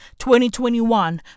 2021